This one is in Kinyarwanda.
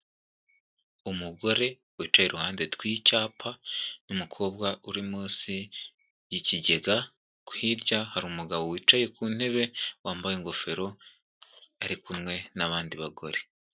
Umugore wicaye iruhande rw'icyapa n'umukobwa uri munsi y'ikigega, hirya hari umugabo wicaye ku ntebe wambaye ingofero ari kumwe n'abandi bagore.